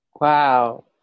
Wow